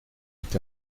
est